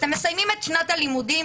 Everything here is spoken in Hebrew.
אתם מסיימים את שנת הלימודים,